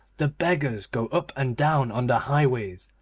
the beggars go up and down on the highways,